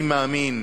אני מאמין